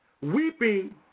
Weeping